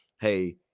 Hey